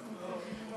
לא, ממש לא.